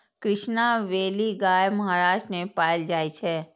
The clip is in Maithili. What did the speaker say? कृष्णा वैली गाय महाराष्ट्र मे पाएल जाइ छै